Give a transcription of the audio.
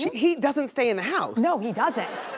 he doesn't stay in the house! no he doesn't!